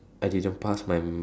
I didn't pass my m~